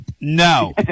No